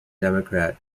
democrat